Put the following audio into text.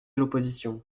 l’opposition